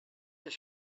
does